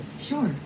sure